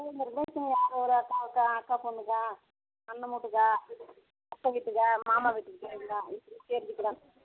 உங்கள் ரிலேஷன் யார் உங்கள் அக்காவுக்கா அக்கா பொண்ணுக்கா அண்ணமவ வூட்டுக்கா அத்தை வீட்டுக்கா மாமா வீட்டுக்கா தெரிஞ்சுக்கலாம்